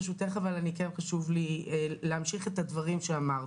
ברשותך, כן חשוב לי להמשיך את הדברים שאמרתי.